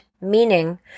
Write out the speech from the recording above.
meaning